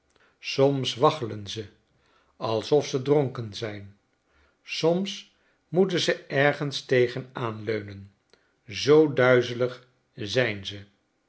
soms waggelen ze alsof ze dronken zijn soms moeten ze ergens tegen aan leunen zoo duizelig zijn ze